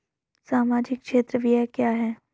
सामाजिक क्षेत्र व्यय क्या है?